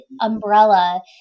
umbrella